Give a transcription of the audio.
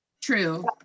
True